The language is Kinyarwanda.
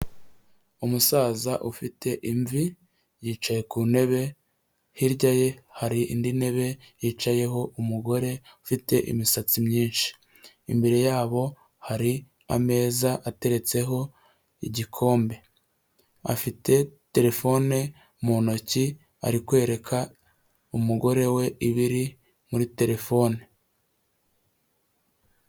Umusaza ufite imvi yicaye ku ntebe, hirya ye hari indi ntebe yicayeho umugore ufite imisatsi myinshi, imbere yabo hari ameza ateretseho igikombe, afite telefone mu ntoki ari kwereka umugore we ibiri muri telefone.